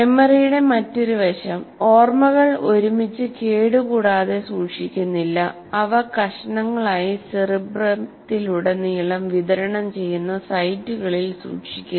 മെമ്മറിയുടെ മറ്റൊരു വശം ഓർമ്മകൾ ഒരുമിച്ചു കേടുകൂടാതെ സൂക്ഷിക്കുന്നില്ല അവ കഷണങ്ങളായി സെറിബ്രമിലുടനീളം വിതരണം ചെയ്യുന്ന സൈറ്റുകളിൽ സൂക്ഷിക്കുന്നു